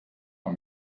man